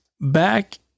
Back